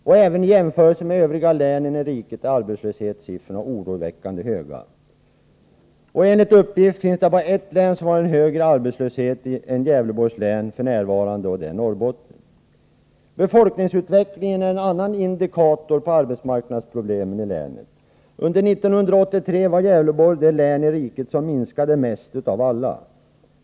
Även vid en jämförelse med de övriga länen i riket är arbetslöshetssiffrorna oroväckande höga. Enligt uppgift finns det bara ett län som f.n. har en högre arbetslöshet än Gävleborgs län, och det är Norrbotten. Befolkningsutvecklingen är en annan indikator på arbetsmarknadsproblemenii länet. Under 1983 var Gävleborgs län det län i riket som minskade mest av alla.